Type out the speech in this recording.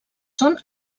són